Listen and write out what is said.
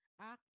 act